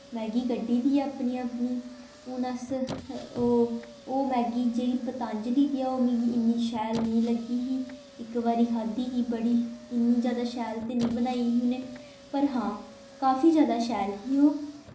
Maggi कड्ढी दी ऐ अपनी अपनी हून अस ओह् ओह् मैगी जेह्ड़ा पतांजली दी ऐ ओह् मिगी इ'न्नी शैल नेईं लग्गी ही इक बारी खाद्धी ही बड़ी इ'न्नी ज्यादा शैल ते नेईं बनाई ही उ'नें पर हां काफी ज्यादा शैल ही ओह्